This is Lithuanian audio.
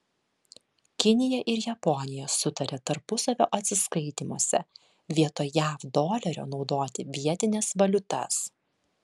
kinija ir japonija sutarė tarpusavio atsiskaitymuose vietoj jav dolerio naudoti vietines valiutas